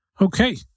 Okay